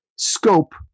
Scope